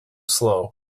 slow